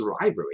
rivalry